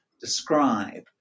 describe